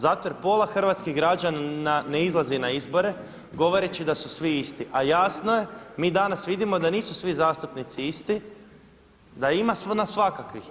Zato jer pola hrvatskih građana ne izlazi na izbore govoreći da su svi isti, a jasno je mi danas vidimo da nisu svi zastupnici isti, da ima nas svakakvih.